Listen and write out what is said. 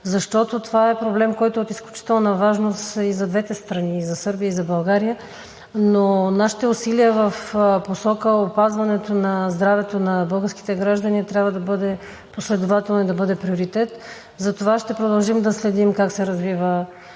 защото това е проблем, който е от изключителна важност и за двете страни – и за Сърбия, и за България. Нашите усилия в посока опазването на здравето на българските граждани трябва да бъдат последователни и да бъде приоритет, затова ще продължим да следим как се развива